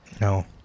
No